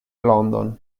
london